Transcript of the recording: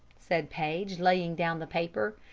said paige, laying down the paper,